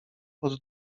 pod